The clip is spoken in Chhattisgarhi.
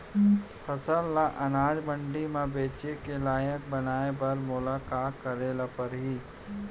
फसल ल अनाज मंडी म बेचे के लायक बनाय बर मोला का करे ल परही?